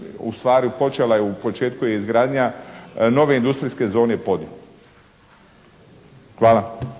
ustvari počela je i u početku je izgradnja nove industrijske zone Podinj. Hvala.